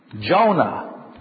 Jonah